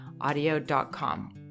audio.com